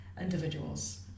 individuals